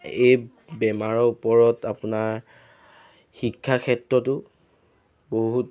এই বেমাৰৰ ওপৰত আপোনাৰ শিক্ষা ক্ষেত্ৰতো বহুত